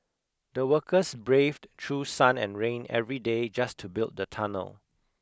the workers braved through sun and rain every day just to build the tunnel